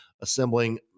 assembling